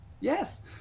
Yes